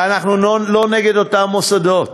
ואנחנו לא נגד אותם מוסדות.